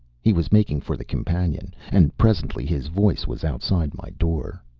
he was making for the companion and presently his voice was outside my door.